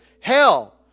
hell